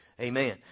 Amen